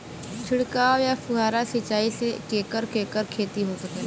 छिड़काव या फुहारा सिंचाई से केकर केकर खेती हो सकेला?